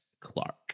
Clark